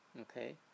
okay